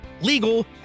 legal